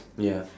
ya